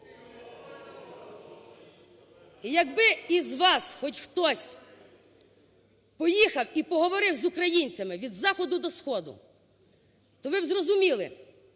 І якби із вас хоч хтось поїхав і поговорив із українцями від заходу до сходу, то ви б зрозуміли,